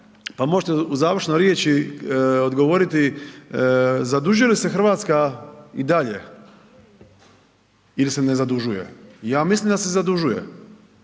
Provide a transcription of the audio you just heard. pa možete u završnoj riječi odgovoriti, zadužuje li se RH i dalje ili se ne zadužuje? Ja mislim da se zadužuje,